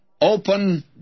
open